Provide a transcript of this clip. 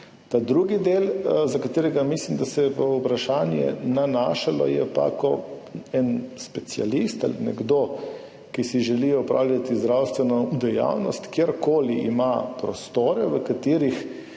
Ta drugi del, za katerega mislim, da se je vprašanje nanašalo, je pa, ko en specialist ali nekdo, ki si želi opravljati zdravstveno dejavnost, kjerkoli ima prostore, v katerih